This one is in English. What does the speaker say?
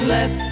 Let